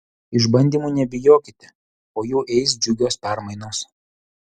išbandymų nebijokite po jų eis džiugios permainos